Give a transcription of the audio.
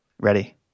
Ready